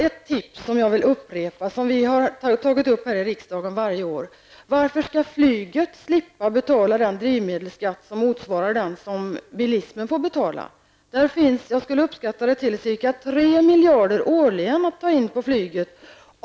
En fråga vill jag upprepa som vi har tagit upp här i riksdagen varje år: Varför skall flyget slippa att betala en drivmedelsskatt motsvarande den som bilismen får betala? Jag skulle uppskatta att ungefär 3 miljarder årligen skulle kunna tas in på flyget.